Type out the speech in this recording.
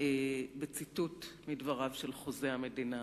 בציטוט מדבריו של חוזה המדינה,